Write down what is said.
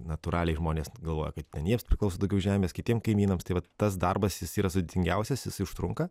natūraliai žmonės galvoja kad ten jiems priklauso daugiau žemės kitiem kaimynams tai vat tas darbas jis yra sudėtingiausias jis užtrunka